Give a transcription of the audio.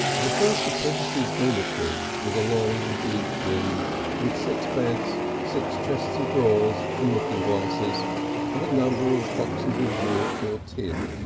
the first apprentices' dormitory was a long bleak room with six beds, six chests of drawers and looking glasses and a number of boxes of wood or tin